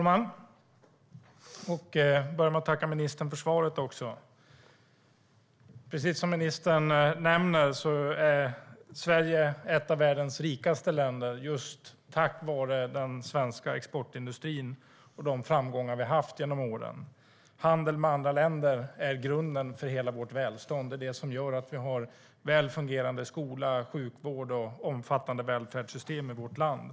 Herr talman! Jag tackar ministern för svaret. Precis som ministern nämner är Sverige ett av världens rikaste länder just tack vare den svenska exportindustrin och de framgångar vi har haft genom åren. Handel med andra länder är grunden för hela vårt välstånd. Det är det som gör att vi har väl fungerande skola och sjukvård och ett omfattande välfärdssystem i vårt land.